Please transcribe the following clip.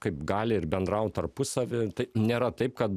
kaip gali ir bendraut tarpusavy tai nėra taip kad